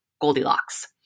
Goldilocks